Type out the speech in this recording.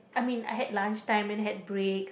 I mean I had lunch time and had breaks